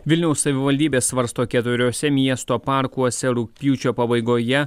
vilniaus savivaldybė svarsto keturiuose miesto parkuose rugpjūčio pabaigoje